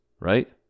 right